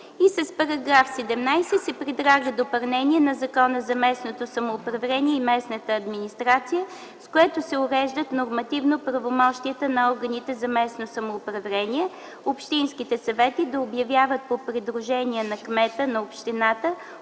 С § 17 се предлага допълнение на Закона за местното самоуправление и местната администрация, с което се уреждат нормативно правомощията на органите за местно самоуправление – общинските съвети, да обявяват по предложение на кмета на общината